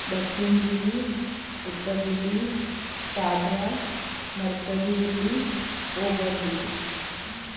ॾखण दिल्ली उत्तर दिल्ली शाहदरा मर्कज़ी दिल्ली ओभर दिल्ली